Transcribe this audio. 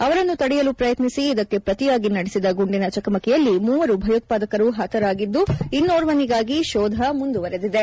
ಅವರನ್ನು ತಡೆಯಲು ಶ್ರಯತ್ನಿಸಿ ಇದಕ್ಕೆ ಶ್ರತಿಯಾಗಿ ನಡೆಸಿದ ಗುಂಡಿನ ಚಕಮಕಿಯಲ್ಲಿ ಮೂವರು ಭಯೋತ್ಪಾದಕರು ಹತರಾಗಿದ್ದು ಇನ್ನೋರ್ವನಿಗಾಗಿ ಶೋಧ ಮುಂದುವರೆದಿದೆ